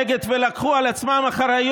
לאלה שהצביעו נגד ולקחו על עצמם אחריות,